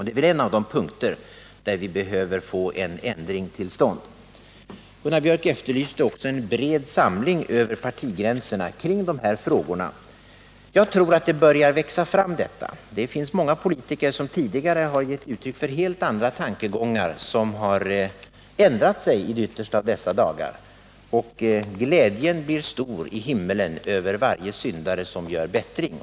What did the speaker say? Det är väl en av de punkter där vi behöver få en ändring till stånd. Gunnar Biörck efterlyste också en bred samling över partigränserna kring de här frågorna. Jag tror att en sådan börjar växa fram. Det finns många politiker som tidigare gett uttryck för helt andra tankegångar, men som har ändrat sig i de yttersta av dessa dagar. Glädjen blir stor i himlen över varje syndare som gör bättring.